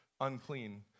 unclean